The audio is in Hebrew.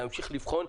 להמשיך לבחון.